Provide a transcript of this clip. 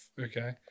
Okay